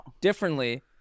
differently